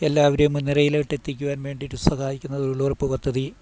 എല്ലാവരെയും മുൻനിരയിലോട്ട് എത്തിക്കുവാൻ വേണ്ടിയിട്ട് സഹായിക്കുന്ന തൊഴിലുറപ്പ് പദ്ധതി